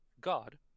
God